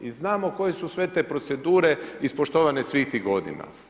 I znamo koje su sve te procedure ispoštovane svih tih godine.